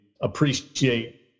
appreciate